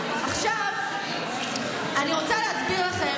עכשיו אני רוצה להסביר לכם,